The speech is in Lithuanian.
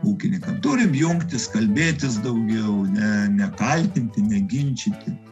ūkininkam turim jungtis kalbėtis daugiau ne ne kaltinti ne ginčyti